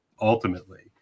ultimately